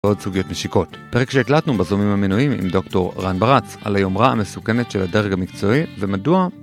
ועוד סוגיות משיקות. פרק שהקלטנו בזום עם המנויים עם דוקטור רן ברץ על היומרה המסוכנת של הדרג המקצועי ומדוע